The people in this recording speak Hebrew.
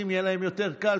וטייבנו אותו,